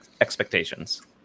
expectations